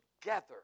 together